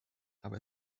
aber